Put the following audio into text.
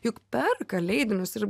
juk perka leidinius ir